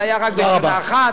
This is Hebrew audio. זה היה רק לשנה אחת.